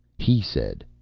he said,